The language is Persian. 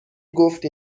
گفتی